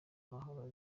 amahoro